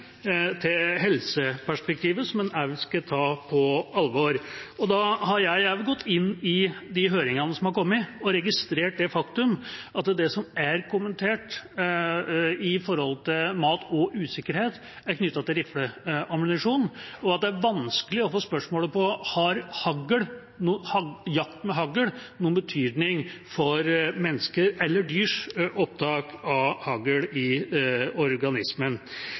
skal ta på alvor. Jeg har også gått inn i de høringene som har vært, og registrert det faktum at det som er kommentert om mat og usikkerhet, er knyttet til rifleammunisjon, og at det er vanskelig å få svar på spørsmålet: Har jakt med hagl noen betydning for menneskers eller dyrs opptak av hagl i organismen?